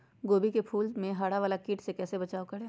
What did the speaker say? गोभी के फूल मे हरा वाला कीट से कैसे बचाब करें?